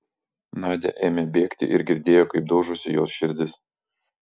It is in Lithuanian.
nadia ėmė bėgti ir girdėjo kaip daužosi jos širdis